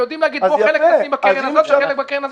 ויודעים להגיד: חלק תשים בקרן הזו וחלק בקרן הזו.